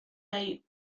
ahí